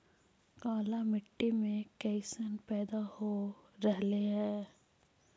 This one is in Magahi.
काला मिट्टी मे कैसन पैदा हो रहले है?